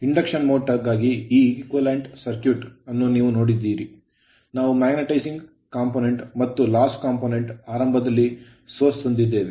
Induction motor induction motor ಗಾಗಿ ಈ equivalent circuit ಸಮಾನ ಸರ್ಕ್ಯೂಟ್ ಅನ್ನು ನೀವು ನೋಡಿದರೆ ನಾವು magnetising component ಮ್ಯಾಗ್ನೆಟೈಸಿಂಗ್ ಘಟಕ ಮತ್ತು loss component ನಷ್ಟದ ಘಟಕವನ್ನು ಆರಂಭದಲ್ಲಿ source ಮೂಲದತ್ತ ತಂದಿದ್ದೇವೆ